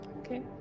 Okay